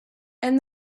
and